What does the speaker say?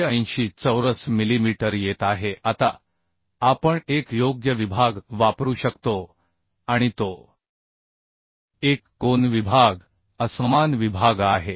तर ते 880 चौरस मिलीमीटर येत आहे आता आपण एक योग्य विभाग वापरू शकतो आणि तो एक कोन विभाग असमान विभाग आहे